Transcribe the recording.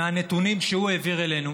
מהנתונים שהוא העביר אלינו